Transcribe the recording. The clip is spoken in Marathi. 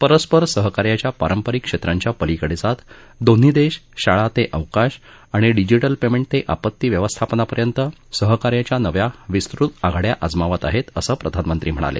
परस्पर सहकार्याच्या पारंपरिक क्षेत्रांच्या पलिकडे जात दोन्ही देश शाळा ते अवकाश आणि डिजिटल पेमेंट ते आपत्ती व्यवस्थापनापर्यंत अशा सहकार्याच्या नव्या विस्तृत आघाड्या आजमावत आहेत असं प्रधानमंत्री म्हणाले